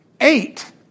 eight